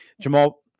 Jamal